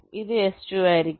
ഇതും S2 ആയിരിക്കും